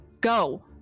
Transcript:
go